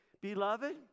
Beloved